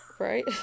Right